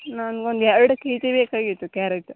ನಂಗೆ ಒಂದೆರಡು ಕೆಜಿ ಬೇಕಾಗಿತ್ತು ಕ್ಯಾರೇಟು